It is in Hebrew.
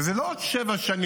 וזה לא בעוד שבע שנים,